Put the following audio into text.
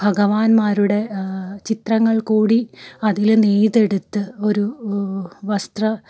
ഭഗവാന്മാരുടെ ചിത്രങ്ങൾ കൂടി അതിൽ നെയ്തെടുത്ത് ഒരു വസ്ത്ര